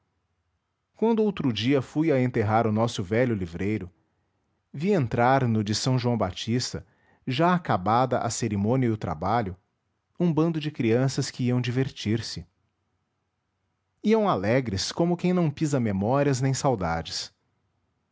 contrário quando outro dia fui a enterrar o nosso velho livreiro vi entrar no de s joão batista já acabada a cerimônia e o trabalho um bando de crianças que iam divertir-se iam alegres como quem não pisa memórias nem saudades